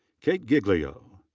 kate giglio.